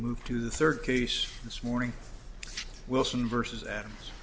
moved to the third case this morning wilson versus adams